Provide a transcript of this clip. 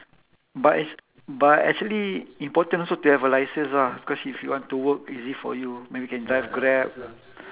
but it's but actually important also to have a license ah because if you want to work easy for you maybe can drive grab